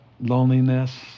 loneliness